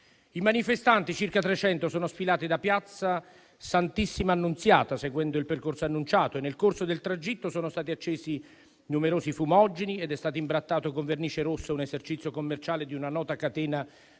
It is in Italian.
I manifestanti, circa 300, sono sfilati da piazza della Santissima Annunziata, seguendo il percorso annunciato. Nel corso del tragitto sono stati accesi numerosi fumogeni ed è stato imbrattato con vernice rossa un esercizio commerciale di una nota catena di